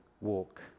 walk